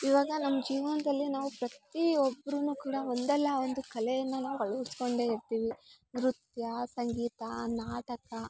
ಇವಾಗ ನಮ್ಮ ಜೀವನದಲ್ಲಿ ನಾವು ಪ್ರತಿ ಒಬ್ರೂ ಕೂಡ ಒಂದಲ್ಲ ಒಂದು ಕಲೆಯನ್ನು ನಾವು ಅಳ್ವಡಿಸ್ಕೊಂಡೆ ಇರ್ತೀವಿ ನೃತ್ಯ ಸಂಗೀತ ನಾಟಕ